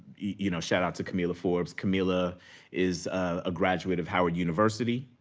you know shoutout to kamilah forbes. kamilah is a graduate of howard university,